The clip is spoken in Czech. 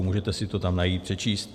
Můžete si to tam najít, přečíst.